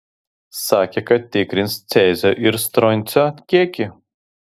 sakė kad tikrins cezio ir stroncio kiekį